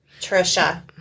Trisha